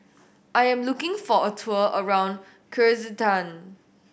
I am looking for a tour around Kyrgyzstan